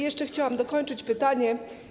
Jeszcze chciałam dokończyć pytanie.